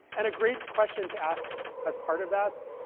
and a great question to ask as part of that